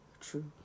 True